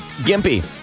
Gimpy